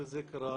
וזה קרה,